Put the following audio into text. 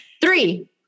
Three